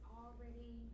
already